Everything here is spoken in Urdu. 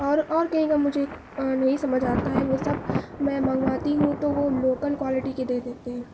اور اور کہیں کا مجھے نہیں سمجھ آتا ہے وہ سب میں منگواتی ہوں تو وہ لوکل کوالٹی کے دے دیتے ہیں